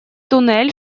туннель